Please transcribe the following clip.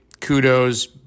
Kudos